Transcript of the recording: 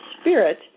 spirit